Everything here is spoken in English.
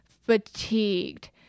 fatigued